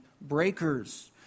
breakers